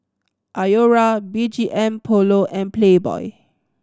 Iora B G M Polo and Playboy